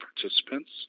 participants